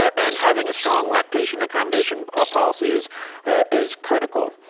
and having a strong lactation accommodation ah policy is is critical.